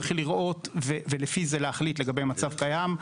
צריך לראות ולפי זה להחליט לגבי המצב הקיים.